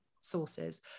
sources